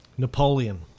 Napoleon